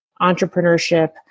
entrepreneurship